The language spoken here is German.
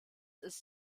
ist